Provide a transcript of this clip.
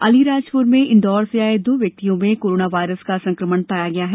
अलीराजप्र में इंदौर से आए दो व्यक्तियों में कोरोना वायरस का संकमण पाया गया है